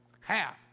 Half